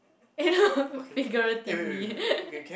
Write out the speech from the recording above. you know figuratively